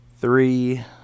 three